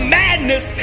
madness